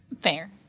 Fair